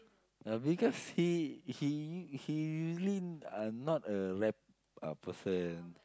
uh because he he he usually uh not a rap uh person